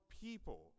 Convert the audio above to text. people